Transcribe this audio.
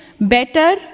better